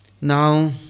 Now